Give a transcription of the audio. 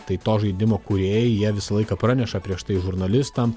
tai to žaidimo kūrėjai jie visą laiką praneša prieš tai žurnalistam